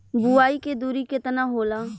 बुआई के दुरी केतना होला?